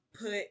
put